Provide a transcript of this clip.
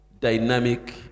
dynamic